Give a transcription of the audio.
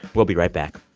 we'll be right back